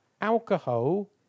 alcohol